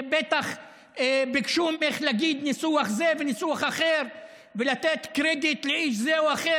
בטח ביקשו ממך להגיד ניסוח זה וניסוח אחר ולתת קרדיט לאיש זה או אחר.